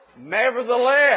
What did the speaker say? Nevertheless